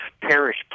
parish